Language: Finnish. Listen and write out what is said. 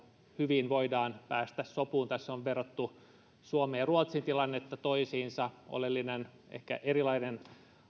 hyvin voidaan päästä sopuun tässä on verrattu suomen ja ruotsin tilannetta toisiinsa oleellinen